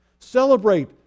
celebrate